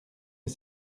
que